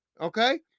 Okay